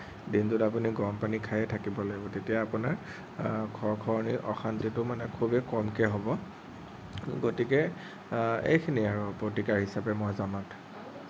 দিনটোত আপুনি গৰম পানী খাইয়েই থাকিব লাগিব তেতিয়া আপোনাৰ খৰখৰনি অশান্তিটো খুবেই কমকে হ'ব গতিকে এইখিনিয়েই আৰু প্ৰতিকাৰ হিচাপে মই জনাত